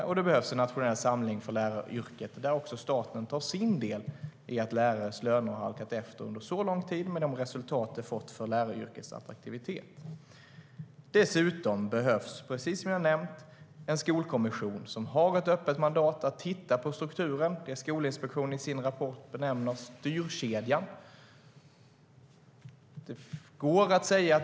Och det behövs nationell samling för läraryrket där staten tar sin del av ansvaret för att lärares löner har halkat efter under lång tid och för de resultat det har fått för läraryrkets attraktivitet. Dessutom behövs, precis som jag har nämnt, en skolkommission som har ett öppet mandat för att titta på strukturen, som Skolinspektionen i sin rapport benämner styrkedjan.